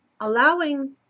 allowing